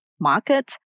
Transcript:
market